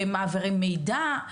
מעבירים מידע.